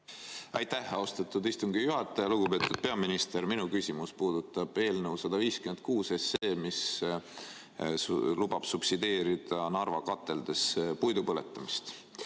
Aitäh, austatud istungi juhataja! Lugupeetud peaminister! Minu küsimus puudutab eelnõu 156, mis lubab subsideerida Narva kateldes puidu põletamist.